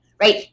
right